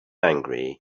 angry